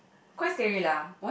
quite scary lah